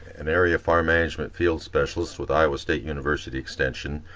an area farm management field specialist with iowa state university extension,